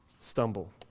stumble